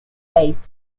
based